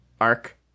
arc